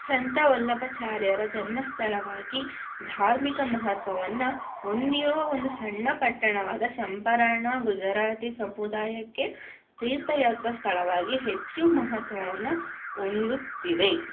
ಸಂತ ವಲ್ಲಭಾಚಾರ್ಯರ ಜನ್ಮಸ್ಥಳವಾಗಿ ಧಾರ್ಮಿಕ ಮಹತ್ವವನ್ನು ಹೊಂದಿರುವ ಒಂದು ಸಣ್ಣ ಪಟ್ಟಣವಾದ ಚಂಪಾರಣ ಗುಜರಾತಿ ಸಮುದಾಯಕ್ಕೆ ತೀರ್ಥಯಾತ್ರಾ ಸ್ಥಳವಾಗಿ ಹೆಚ್ಚು ಮಹತ್ವವನ್ನು ಹೊಂದುತ್ತಿದೆ